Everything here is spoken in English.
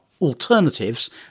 alternatives